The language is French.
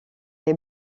les